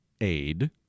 aid